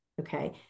okay